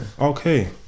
Okay